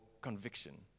conviction